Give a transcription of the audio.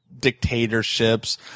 dictatorships